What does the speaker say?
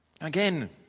Again